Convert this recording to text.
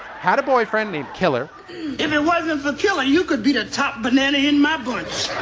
had a boyfriend named killer if it wasn't for killer, you could be the top banana in my bunch